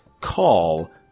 call